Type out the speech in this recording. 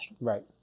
Right